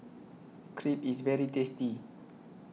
Crepe IS very tasty